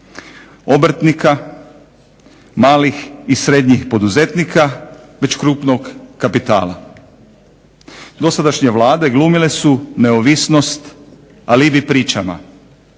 obrtnika, malih i srednjih poduzetnika već krupnog kapitala. Dosadašnje vlade glumile su neovisnost, alibi pričama.